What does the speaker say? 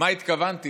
למה התכוונתי,